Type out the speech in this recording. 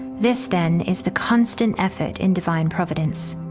this, then, is the constant effort in divine providence.